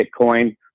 Bitcoin